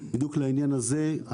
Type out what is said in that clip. בדיוק לעניין הזה,